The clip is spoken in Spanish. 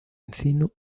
encino